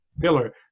pillar